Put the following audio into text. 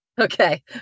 Okay